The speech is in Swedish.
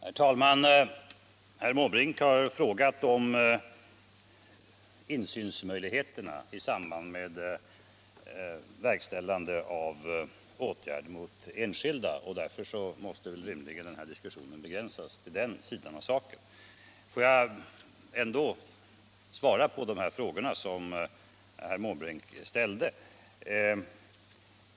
Herr talman! Herr Måbrink har frågat om insynsmöjligheterna i samband med verkställande av åtgärder mot enskilda människor, och denna diskussion måste då rimligtvis begränsas till den sidan av saken. Men jag vill ändå svara på de frågor som herr Måbrink nu har framställt.